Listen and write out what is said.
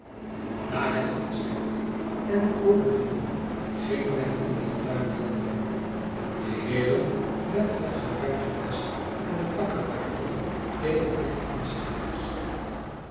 na het concert en de vaudeville ging men in den tuin wandelen de heeren met het geruite vest en de bakkebaarden deden dit insgelijks